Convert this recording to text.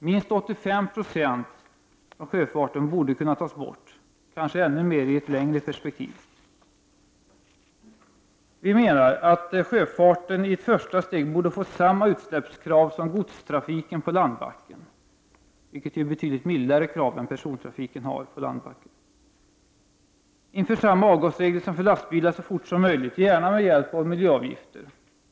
Minst 85 96 borde kunna tas bort, kanske ännu mer i ett längre perspektiv. Vi menar att sjöfarten i ett första steg borde få samma utsläppskrav som godstrafiken på land, vilket är betydligt mildare krav än för persontrafiken på landbacken. Inför samma avgasregler som för lastbilar så fort som möjligt, gärna med hjälp av miljöavgifter!